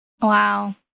Wow